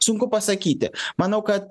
sunku pasakyti manau kad